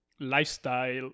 lifestyle